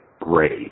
great